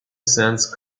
sense